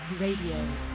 radio